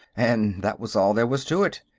and that was all there was to it.